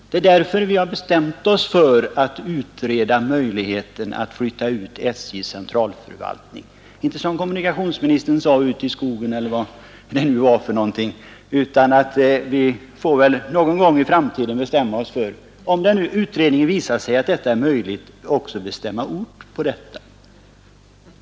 Därför har vi bestämt oss för att söka utreda möjligheten att flytta ut SJ:s centralförvaltning, inte som kommunikationsministern sade ut i skogen eller vad det var, utan vi får väl någon gång i framtiden också bestämma orten, om utredningen visar att en utflyttning är möjlig.